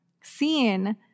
seen